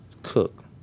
Cook